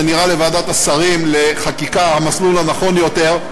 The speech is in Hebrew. זה נראה לוועדת השרים לחקיקה המסלול הנכון-יותר,